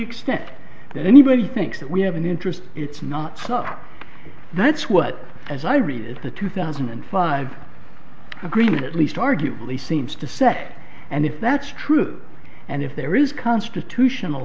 extent that anybody thinks that we have an interest it's not so that's what as i read it the two thousand and five agreement at least arguably seems to sec and if that's true and if there is constitutional